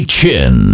Chin